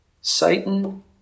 Satan